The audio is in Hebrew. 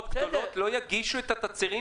בחורי ישיבה גם כן, אם ירצה השם נטיס אותם.